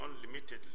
unlimitedly